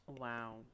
wow